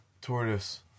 Tortoise